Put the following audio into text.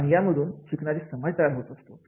आणि यामधून शिकणारे समाज तयार होत असतो